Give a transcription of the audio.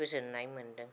गोजोननाय मोन्दों